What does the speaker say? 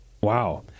Wow